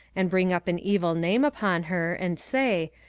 and bring up an evil name upon her, and say,